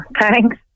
Thanks